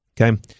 Okay